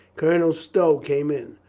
colonel stow came in.